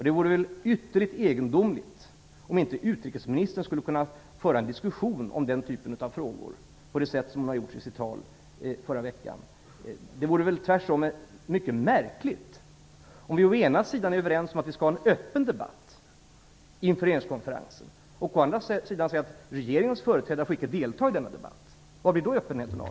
Det vore väl ytterligt egendomligt om inte utrikesministern skulle kunna föra en diskussion om den här typen av frågor på det sätt som hon har gjort i sitt tal tidigare i veckan. Det vore tvärtom mycket märkligt om vi å ena sidan är överens om att vi skall ha en öppen debatt inför regeringskonferensen och å andra sidan säger att regeringens företrädare icke får delta i denna debatt. Var blir då öppenheten av?